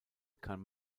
kann